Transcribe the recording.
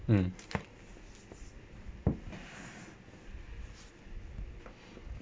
mm